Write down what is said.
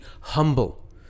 humble